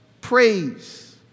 praise